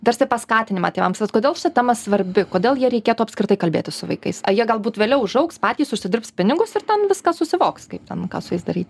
tarsi paskatinimą tėvams vat kodėl šita tema svarbi kodėl jie reikėtų apskritai kalbėtis su vaikais a jie galbūt vėliau užaugs patys užsidirbs pinigus ir ten viskas susivoks kaip ten ką su jais daryti